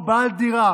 או בעל דירה